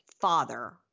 father